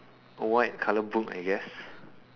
white colour book I guess